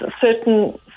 certain